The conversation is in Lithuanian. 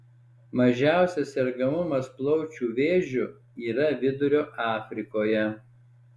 mažiausias sergamumas plaučių vėžiu yra vidurio afrikoje